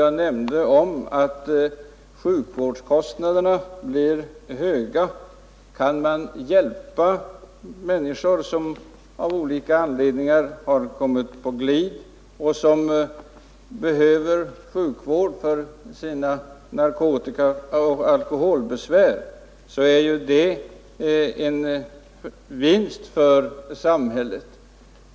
Jag sade också att sjukvårdskostnaderna är höga, och kan man hjälpa människor som av olika anledningar kommit på glid och som behöver sjukvård för sina narkotikaoch alkoholbesvär, så är ju det en vinst för samhället.